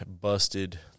busted